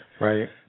Right